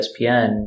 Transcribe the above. ESPN